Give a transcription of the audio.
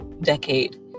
decade